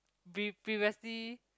pre~ previously